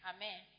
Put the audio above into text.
Amen